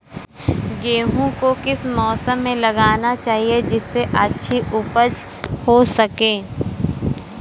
गेहूँ को किस मौसम में लगाना चाहिए जिससे अच्छी उपज हो सके?